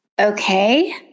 okay